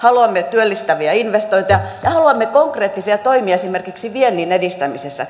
haluamme työllistäviä investointeja ja haluamme konkreettisia toimia esimerkiksi viennin edistämisessä